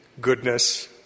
goodness